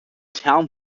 town